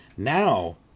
Now